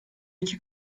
iki